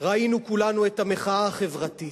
ראינו כולנו את המחאה החברתית,